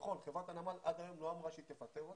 נכון, חברת הנמל עד היום לא אמרה שהיא תפטר אותם,